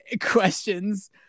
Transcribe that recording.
questions